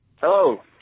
Hello